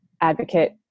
advocate